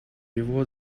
его